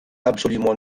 absolument